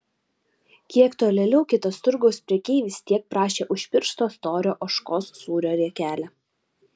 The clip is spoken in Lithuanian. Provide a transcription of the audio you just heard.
kiek tolėliau kitas turgaus prekeivis tiek prašė už piršto storio ožkos sūrio riekelę